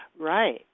Right